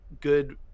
good